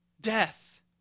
death